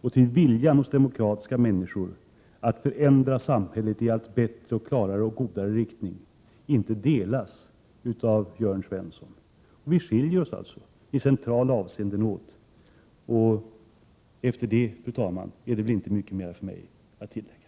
och till viljan hos demokratiska människor att förändra samhället i allt bättre riktning, inte delas av Jörn Svensson. Vi skiljer oss alltså i centrala avseenden åt. Fru talman! Efter detta är det väl inte mycket mera för mig att tillägga.